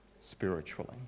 spiritually